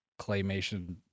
claymation